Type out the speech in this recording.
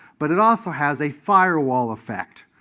but it also has a firewall effect.